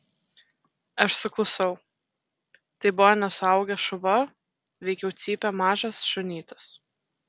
aš suklusau tai buvo ne suaugęs šuva veikiau cypė mažas šunytis